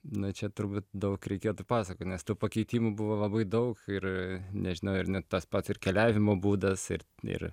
na čia turbūt daug reikėtų pasakot nes tų pakeitimų buvo labai daug ir nežinau ir net tas pat ir keliavimo būdas ir ir